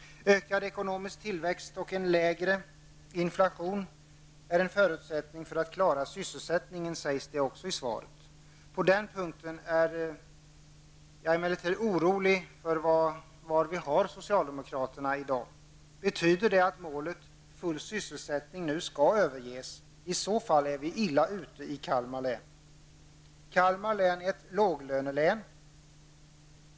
Ökad ekonomisk tillväxt och lägre inflation är en förutsättning för att klara sysselsättningen, sägs det också i svaret. På den punkten är jag emellertid orolig för var vi har socialdemokraterna i dag. Betyder det att målet om full sysselsättning nu skall överges? I så fall är vi illa ute i Kalmar län. Kalmar län är ett låglönelän.